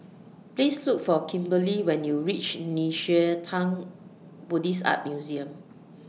Please Look For Kimberely when YOU REACH Nei Xue Tang Buddhist Art Museum